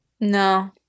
no